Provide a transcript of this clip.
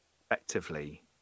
effectively